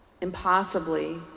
impossibly